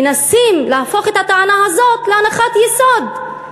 מנסים להפוך את הטענה הזאת להנחת יסוד.